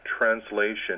translation